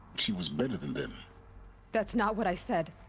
she was better than them that's not what i said!